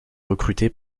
recruté